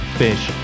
fish